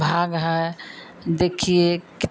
भाग है देखिए कित